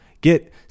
Get